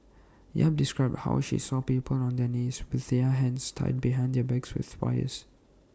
yap described how she saw people on their knees with their hands tied behind their backs with wires